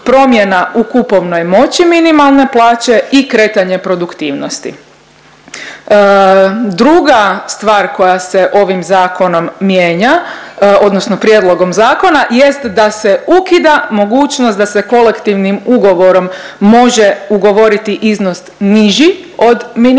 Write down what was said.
u kupovnoj moći minimalne plaće i kretanje produktivnosti. Druga stvar koja se ovim Zakonom mijenja, odnosno prijedlogom zakona, jest da se ukida mogućnost da se kolektivnim ugovorom može ugovoriti iznos niži od minimalne